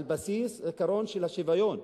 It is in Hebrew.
על בסיס עקרון השוויון,